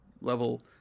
level